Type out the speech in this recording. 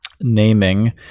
naming